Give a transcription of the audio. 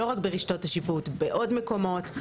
לא רק ברשתות השיווק, בעוד מקומות.